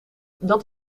dat